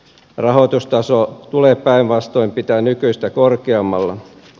rahoitustaso tulee päinvastoin pitää nykyistä korkeammalla